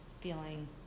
feeling